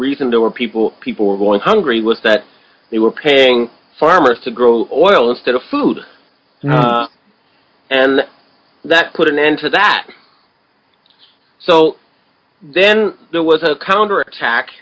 reason there were people people were going hungry was that they were paying farmers to grow oil instead of food and that put an end to that so then there was a counterattack